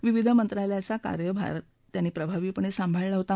विविध मंत्रालयाचा कारभार त्यांनी प्रभावीपणे सांभाळला होता